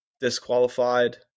disqualified